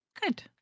Good